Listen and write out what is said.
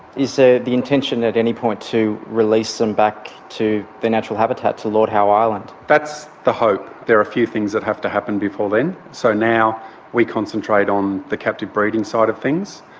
is there the intention at any point to release them back to the natural habitat, to lord howe island? that's the hope. there are a few things that have to happen before then. so now we concentrate on the captive breeding side of things,